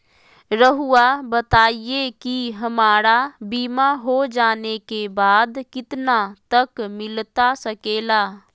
रहुआ बताइए कि हमारा बीमा हो जाने के बाद कितना तक मिलता सके ला?